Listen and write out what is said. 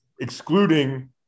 excluding